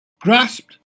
grasped